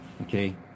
okay